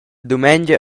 dumengia